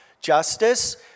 justice